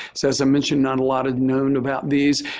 so as i mentioned, not a lot have known about these.